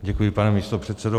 Děkuji, pane místopředsedo.